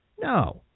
No